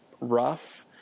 rough